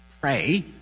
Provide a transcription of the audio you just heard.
pray